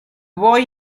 boy